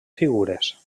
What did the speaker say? figures